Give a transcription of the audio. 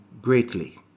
greatly